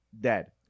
dead